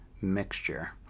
mixture